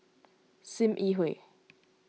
Sim Yi Hui